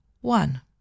one